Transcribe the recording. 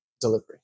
delivery